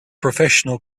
professional